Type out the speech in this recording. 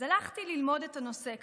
אז הלכתי ללמוד את הנושא קצת,